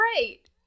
great